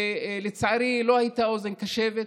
ולצערי לא הייתה אוזן קשבת.